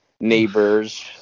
neighbors